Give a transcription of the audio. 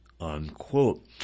Unquote